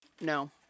No